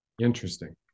Interesting